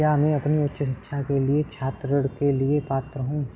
क्या मैं अपनी उच्च शिक्षा के लिए छात्र ऋण के लिए पात्र हूँ?